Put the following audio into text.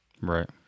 right